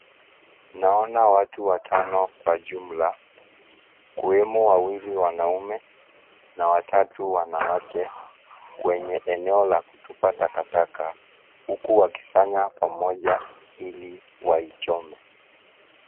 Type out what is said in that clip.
Naona watu watano kwa jumla, kuwemo wawili wanaume na watatu wanawake kwenye eneo la kutupa takataka hukuwakisanya pamoja iliwaichome.